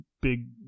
big